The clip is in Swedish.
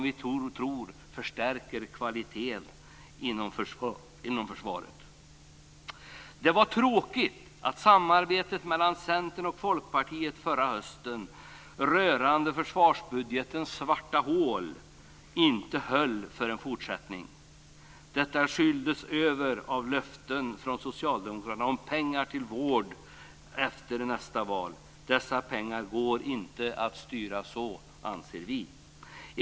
Vi tror att den förstärker kvaliteten inom försvaret. Det var tråkigt att samarbetet mellan Centern och Folkpartiet förra hösten rörande försvarsbudgetens svarta hål inte höll för en fortsättning. Detta skyldes över av löften från socialdemokraterna om pengar till vården efter nästa val. Vi anser att dessa pengar inte går att styra så.